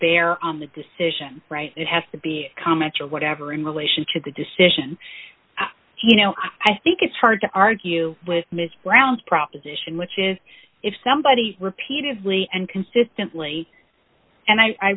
bear on the decision it has to be a comment or whatever in relation to the decision i do you know i think it's hard to argue with ms brown's proposition which is if somebody repeatedly and consistently and i